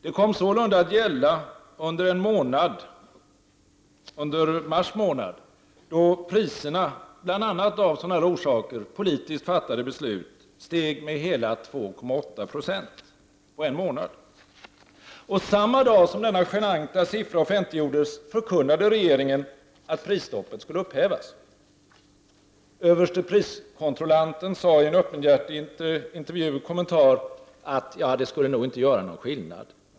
Det kom sålunda att gälla under mars månad då priserna bl.a. av sådana orsaker, dvs. fattade politiska beslut, steg med hela 2,8 20 på en månad. Och samma dag som denna genanta siffra offentliggjordes förkunnade regeringen att prisstoppet skulle upphävas. Överste priskontrollanten sade i en öppenhjärtig kommentar att det inte skulle göra någon skillnad.